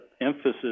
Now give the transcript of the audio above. emphasis